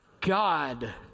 God